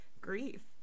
grief